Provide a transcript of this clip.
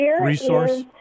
resource